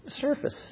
surface